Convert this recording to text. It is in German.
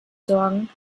sorgen